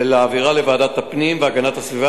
ולהעבירה לוועדת הפנים והגנת הסביבה